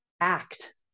act